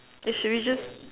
then should we just